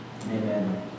amen